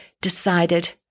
decided